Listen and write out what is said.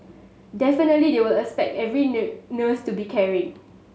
definitely they will expect every nurse to be caring